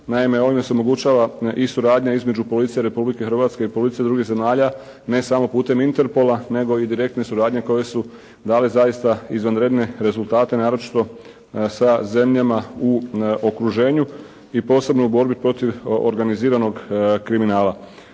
Naime ovime se omogućava i suradnja između policije Republike Hrvatske i policije drugih zemalja ne samo putem Interpola nego i direktne suradnje koje su dale zaista izvanredne rezultate naročito sa zemljama u okruženju i posebno u borbi protiv organiziranog kriminala.